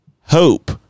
hope